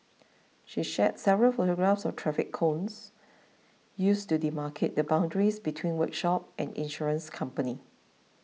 she shared several photographs of traffic cones used to demarcate the boundaries between workshop and insurance company